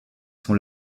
sont